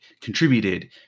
contributed